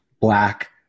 black